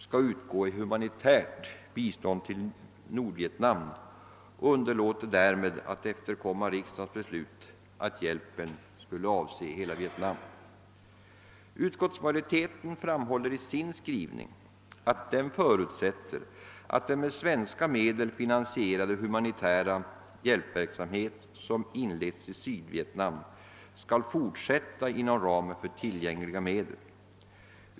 skall utgå i humanitärt bistånd till Nordvietnam och underlåter därmed att efterkomma riksdagens beslut, att hjälpen skulle avse hela Vietnam. Utskottsmajoriteten framhåller i sin skrivning att man förutsätter att den med svenska medel finansierade humanitära hjälpverksamhet som inletts i Sydvietnam skall fortsätta inom ramen för tillgängliga medel.